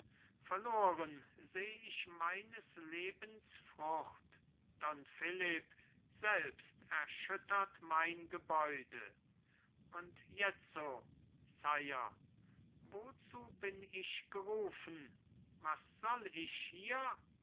verloren seh ich meines lebens frucht don philipp selbst erschüttert mein gebäude und jetzo sire wozu bin ich gerufen was soll ich hier